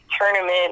tournament